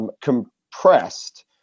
compressed